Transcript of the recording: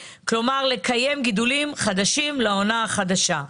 כלומר: לקיים גידולים חדשים לעונה החדשה,